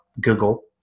Google